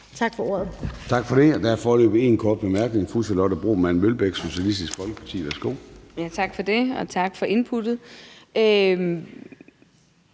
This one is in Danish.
Tak for ordet.